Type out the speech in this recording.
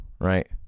right